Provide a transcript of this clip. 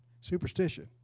Superstition